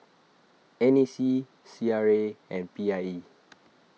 N A C C R A and P I E